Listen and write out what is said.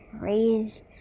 raise